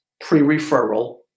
pre-referral